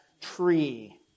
tree